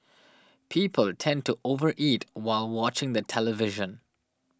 people tend to over eat while watching the television